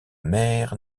mer